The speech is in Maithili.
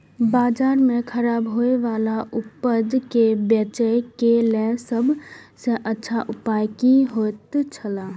बाजार में खराब होय वाला उपज के बेचे के लेल सब सॉ अच्छा उपाय की होयत छला?